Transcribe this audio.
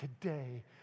today